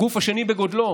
לגוף השני בגודלו